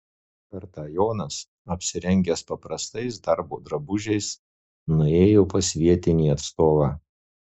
kartą jonas apsirengęs paprastais darbo drabužiais nuėjo pas vietinį atstovą